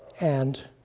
and